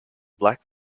black